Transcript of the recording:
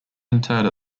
interred